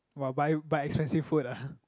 !wah! buy buy expensive food ah